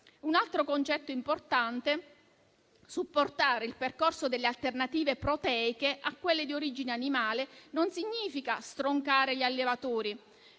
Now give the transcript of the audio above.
Un altro concetto importante è supportare il percorso delle alternative proteiche a quelle di origine animale e ciò non significa stroncare gli allevatori: